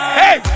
hey